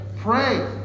Pray